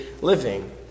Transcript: living